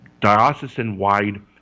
diocesan-wide